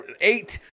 eight